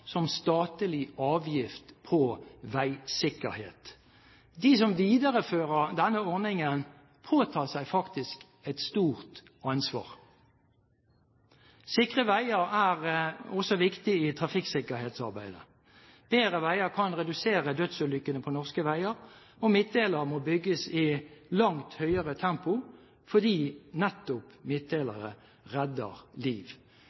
som statlig avgift på veisikkerhet. De som viderefører denne ordningen, påtar seg faktisk et stort ansvar. Sikre veier er også viktig i trafikksikkerhetsarbeidet. Bedre veier kan redusere antallet dødsulykker på norske veier, og midtdelere må bygges i et langt høyere tempo, fordi nettopp midtdelere redder liv.